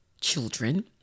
children